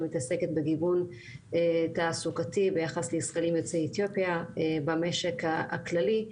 שמתעסקת בגיוון תעסוקתי ביחס לשכירים יוצאי אתיופיה במשק הכללי.